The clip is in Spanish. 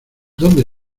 dónde